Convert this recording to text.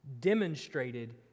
demonstrated